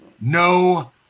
No